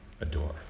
adore